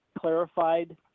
clarified